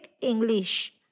English